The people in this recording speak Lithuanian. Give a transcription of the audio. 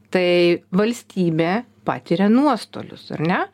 tai valstybė patiria nuostolius ar ne